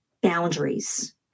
Boundaries